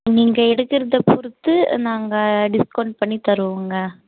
நீங்கள் எடுக்கிறத பொறுத்து நாங்கள் டிஸ்கவுண்ட் பண்ணி தருவோங்க